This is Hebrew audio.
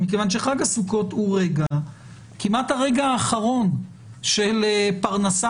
מכיוון שחג הסוכות הוא כמעט הרגע האחרון של פרנסה